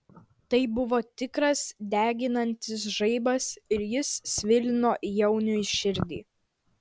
tai buvo tikras deginantis žaibas ir jis svilino jauniui širdį